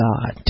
God